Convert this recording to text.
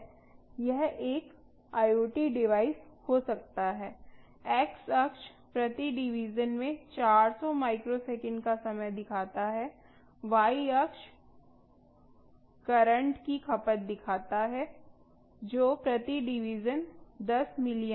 यह एक IoT device हो सकता है एक्स अक्ष प्रति डिवीजन में 400 माइक्रोसेकंड का समय दिखाता है वाई अक्ष करंट की खपत दिखाता है जो प्रति डिवीजन 10 मिलिम्पियर है